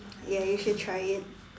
ya you should try it